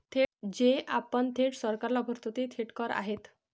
जे आपण थेट सरकारला भरतो ते थेट कर आहेत